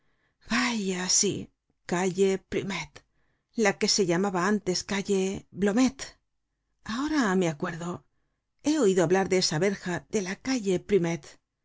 vaya sí calle plumet la que se llamaba antes calle blomet ahora me acuerdo he oido hablar de esa verja de la calle